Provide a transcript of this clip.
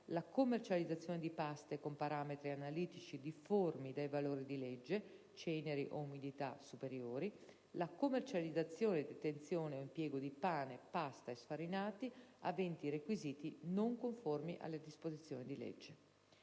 la commercializzazione di paste con parametri analitici difformi dai valori di legge (ceneri o umidità superiori); la commercializzazione, detenzione o impiego di pane, pasta e sfarinati aventi requisiti non conformi alle disposizioni di legge.